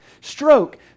stroke